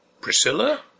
Priscilla